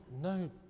no